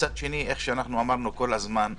מצד ראשון, כפי שאמרנו כל הזמן,